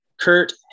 Kurt